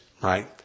right